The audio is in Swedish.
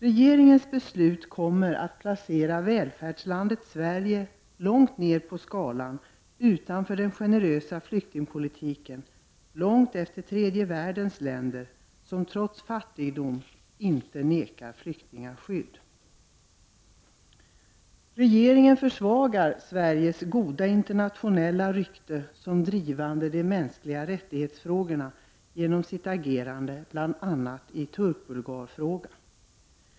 Regeringens beslut kommer att placera välfärdslandet Sverige långt ned på skalan utanför den generösa flyktingpolitiken, långt efter tredje världens länder som trots fattigdom inte förvägrar flyktingar skydd. Regeringen försvagar genom sitt agerande i bl.a. turkbulgarfrågan Sveriges goda internationella rykte som drivande i fråga om de mänskliga rättigheterna.